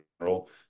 general